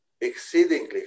exceedingly